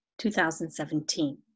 2017